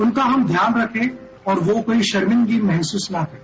उनका हम ध्यान रखें और वो कोई शर्मिंदगी महसूस न करें